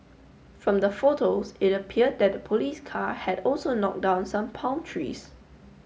from the photos it appeared that the police car had also knocked down some palm trees